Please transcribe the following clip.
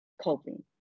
coping